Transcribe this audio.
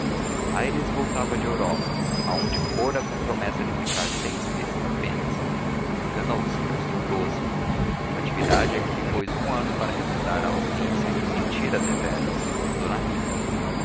filhos aires voltava da europa aonde fora com promessa de ficar seis meses apenas enganou-se gastou onze natividade é que lhe pôs um ano para arredondar a ausência que sentira deveras como d rita